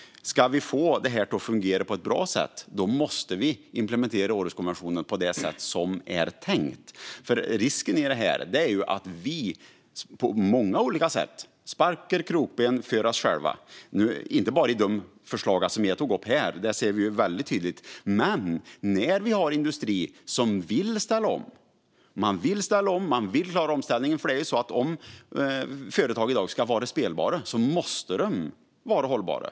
Om vi ska få det här att fungera på ett bra sätt måste vi implementera Århuskonventionen på det sätt som är tänkt. Risken är annars att vi på många olika sätt sätter krokben för oss själva. Det gäller inte bara de förslag som jag tog upp och där vi ser det tydligt. Vi har också industrier som vill ställa om och som vill klara omställningen. Om företag ska vara spelbara i dag måste de nämligen vara hållbara.